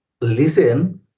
listen